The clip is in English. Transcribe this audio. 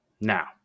Now